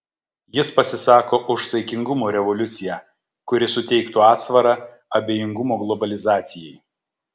jis pasisako už saikingumo revoliuciją kuri suteiktų atsvarą abejingumo globalizacijai